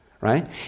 right